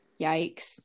yikes